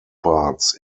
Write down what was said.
parts